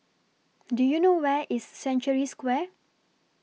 Do YOU know Where IS Century Square